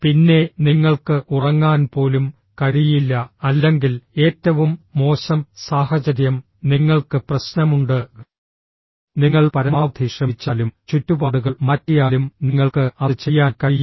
പിന്നെ നിങ്ങൾക്ക് ഉറങ്ങാൻ പോലും കഴിയില്ല അല്ലെങ്കിൽ ഏറ്റവും മോശം സാഹചര്യം നിങ്ങൾക്ക് പ്രശ്നമുണ്ട് നിങ്ങൾ പരമാവധി ശ്രമിച്ചാലും ചുറ്റുപാടുകൾ മാറ്റിയാലും നിങ്ങൾക്ക് അത് ചെയ്യാൻ കഴിയില്ല